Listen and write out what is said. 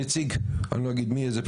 נציג שאני לא אגיד מיהו,